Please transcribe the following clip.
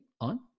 on